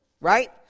Right